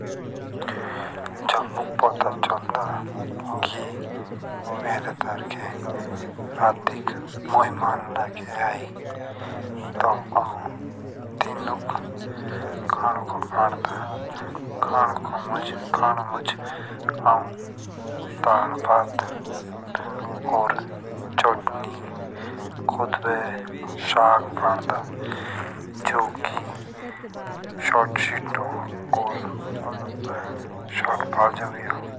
जब मुख पता चलदा कि मेरे दरके रातिक महिमान लगे आए। तब आऊन तीनुक खानोको बांदा खानों मुझ आऊन दाल बठ और चटनी कोदुय और साग बनता। जोकी सत सेतो और शोट बजाओ।